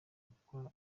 gukora